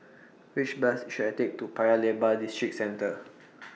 Which Bus should I Take to Paya Lebar Districentre